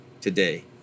today